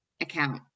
account